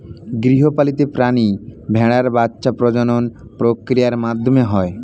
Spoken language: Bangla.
গৃহপালিত প্রাণী ভেড়ার বাচ্ছা প্রজনন প্রক্রিয়ার মাধ্যমে হয়